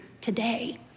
today